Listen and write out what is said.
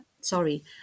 sorry